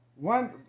One